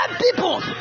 people